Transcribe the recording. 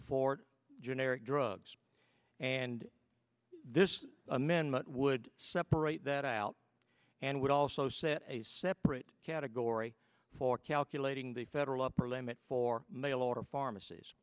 for generic drugs and this amendment would separate that out and would also set a separate category for calculating the federal upper limit for mail order pharmac